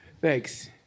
thanks